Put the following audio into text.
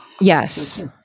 Yes